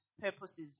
purposes